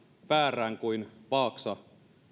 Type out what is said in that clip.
väärään kuin vaaksa